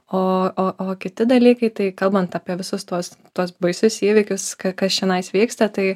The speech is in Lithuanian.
o o o kiti dalykai tai kalbant apie visus tuos tuos baisius įvykius kas čionais vyksta tai